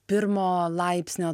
pirmo laipsnio